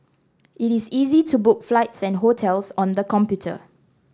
it is easy to book flights and hotels on the computer